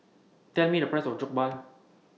Tell Me The Price of Jokbal